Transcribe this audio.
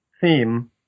theme